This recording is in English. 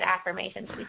affirmations